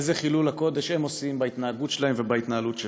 איזה חילול הקודש הם עושים בהתנהגות שלהם ובהתנהלות שלהם.